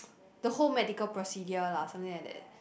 the whole medical procedure lah something like that